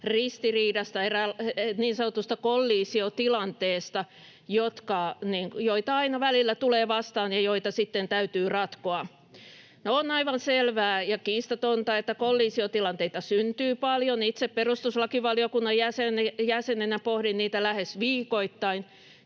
ristiriidasta, niin sanotusta kollisiotilanteesta, joita aina välillä tulee vastaan ja joita sitten täytyy ratkoa: On aivan selvää ja kiistatonta, että kollisiotilanteita syntyy paljon. Itse perustuslakivaliokunnan jäsenenä pohdin niitä lähes viikoittain.